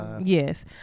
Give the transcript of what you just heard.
yes